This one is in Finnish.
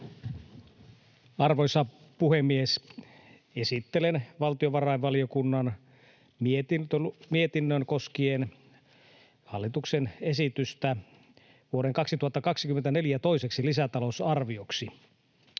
Arvoisa puhemies! Esittelen valtiovarainvaliokunnan mietinnön koskien hallituksen esitystä vuoden 2024 toiseksi lisätalousarvioksi.